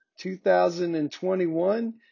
2021